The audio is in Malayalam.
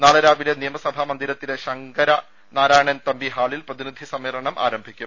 നാളെ രാവിലെ നിയമസഭാ മന്ദി രത്തിലെ ശങ്കര നാരായണൻ തമ്പി ഹാളിൽ പ്രതിനിധി സമ്മേ ളനം ആരംഭിക്കും